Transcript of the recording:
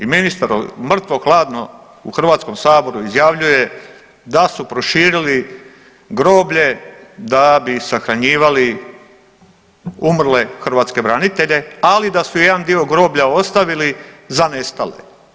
I ministar mrtvo hladno u Hrvatskom saboru izjavljuje da su proširili groblje da bi sahranjivali umrle hrvatske branitelje, ali da su jedan dio groblja ostavili za nestale.